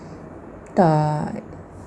tak